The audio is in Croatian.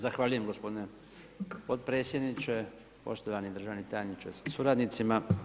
Zahvaljujem gospodine potpredsjedniče, poštovani državni tajniče sa suradnicima.